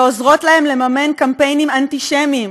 ועוזר להן למממן קמפיינים אנטישמיים,